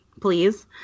please